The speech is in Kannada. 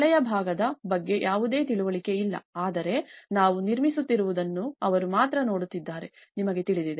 ಹಳೆಯ ಭಾಗದ ಬಗ್ಗೆ ಯಾವುದೇ ತಿಳುವಳಿಕೆಯಿಲ್ಲ ಆದರೆ ನಾವು ನಿರ್ಮಿಸುತ್ತಿರುವುದನ್ನು ಅವರು ಮಾತ್ರ ನೋಡುತ್ತಿದ್ದಾರೆ ನಿಮಗೆ ತಿಳಿದಿದೆ